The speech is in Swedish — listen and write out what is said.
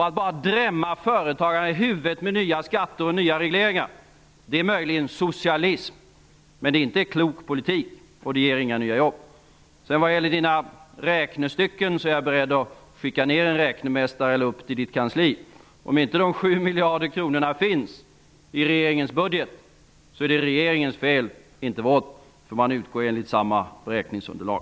Att bara drämma företagarna i huvudet med nya skatter och nya regleringar är möjligen socialism, men det är ingen klok politik. Det skapar inte heller några nya jobb. Vad gäller Gudrun Schymans räkneexempel är jag beredd att skicka en räknemästare till Gudrun Schymans kansli. Om de 7 miljarderna inte finns i regeringens budget, är det regeringens fel, inte vårt. Man utgår nämligen från samma beräkningsunderlag.